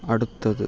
അടുത്തത്